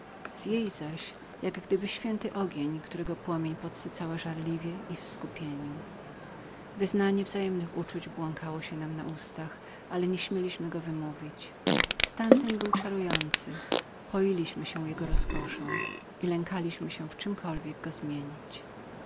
z jej zaś święty ogień którego płomień żywiła w zadumce i milczeniu wyznanie wzajemnych uczuć ulatywało nam na ustach ale nie śmieliśmy go wymówić stan ten był czarującym poiliśmy się jego rozkoszą i lękaliśmy się w czemkolwiek go zmienić